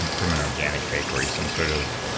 and from an organic bakery some sort of,